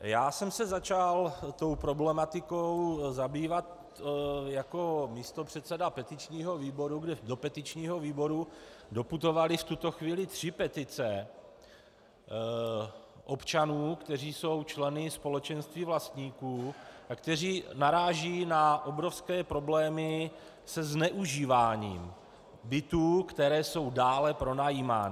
Já jsem se začal tou problematikou zabývat jako místopředseda petičního výboru, kde do petičního výboru doputovaly v tuto chvíli tři petice občanů, kteří jsou členy společenství vlastníků a kteří narážejí na obrovské problémy se zneužíváním bytů, které jsou dále pronajímány.